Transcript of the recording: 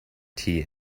tea